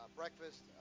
breakfast